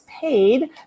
paid